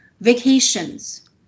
vacations